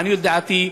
לעניות דעתי,